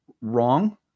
wrong